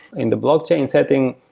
in the blockchain setting,